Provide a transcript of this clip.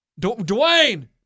Dwayne